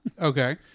Okay